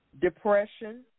depression